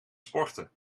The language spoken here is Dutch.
sporten